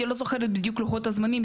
אני לא בדיוק זוכרת לוחות זמנים,